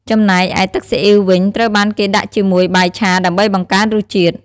ចំណែកឯទឹកស៊ីអ៊ីវវិញ ត្រូវបានគេដាក់ជាមួយបាយឆាដើម្បីបង្កើនរសជាតិ។